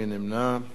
מי נמנע?